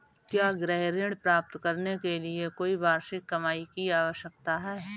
क्या गृह ऋण प्राप्त करने के लिए कोई वार्षिक कमाई की आवश्यकता है?